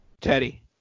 Teddy